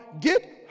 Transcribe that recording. get